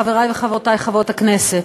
חברי וחברותי חברות הכנסת,